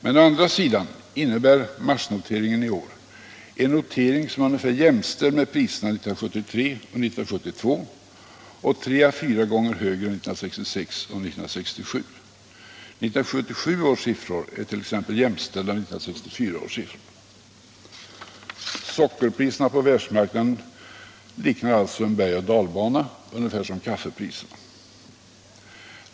Men å andra sidan innebär marsnoteringen i år en notering som är ungefär jämställd med priserna 1973 och 1972 och tre å fyra gånger högre än 1966 och 1967. 1977 års siffror är t.ex. jämställda med 1964 års siffror. Sockerpriserna på världsmarknaden liknar alltså en berg och dalbana, ungefär som kaffepriserna.